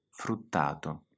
fruttato